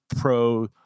pro